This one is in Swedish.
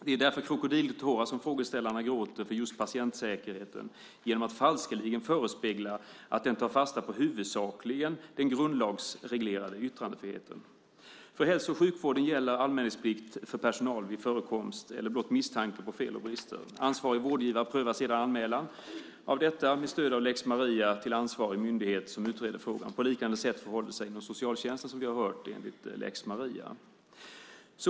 Det är därför krokodiltårar som frågeställarna gråter för just patientsäkerheten genom att falskeligen förespegla att den tar fasta på huvudsakligen den grundlagsreglerade yttrandefriheten. För hälso och sjukvården gäller anmälningsplikt för personalen vid förekomst eller blott misstanke om fel och brister. Ansvarig vårdgivare prövar sedan anmälan av detta med stöd av lex Maria till ansvarig myndighet som utreder frågan. På liknande sätt förhåller det sig inom socialtjänsten, som vi har hört, enligt lex Sarah.